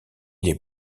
les